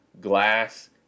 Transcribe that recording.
glass